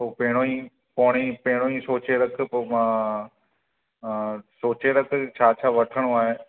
पोइ पैणो ई पौणी पैणो ई सोचे रख पोइ मां सोचे रख छा छा वठणो आहे